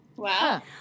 Wow